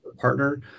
partner